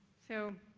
so,